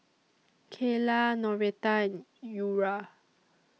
Kaela Noretta and Eura